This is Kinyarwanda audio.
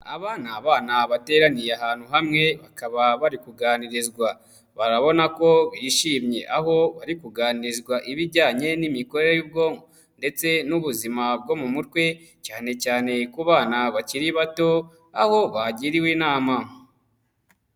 Aba ni abana bateraniye ahantu hamwe, bakaba bari kuganirizwa barabona ko bishimye aho bari kuganirizwa ibijyanye n'imikorere y'ubwonko ndetse n'ubuzima bwo mu mutwe, cyane cyane ku bana bakiri bato aho bagiriwe inama.